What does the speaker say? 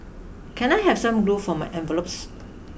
can I have some glue for my envelopes